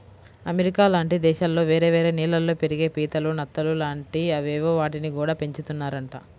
America లాంటి దేశాల్లో వేరే వేరే నీళ్ళల్లో పెరిగే పీతలు, నత్తలు లాంటి అవేవో వాటిని గూడా పెంచుతున్నారంట